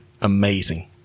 amazing